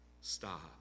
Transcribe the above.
Stop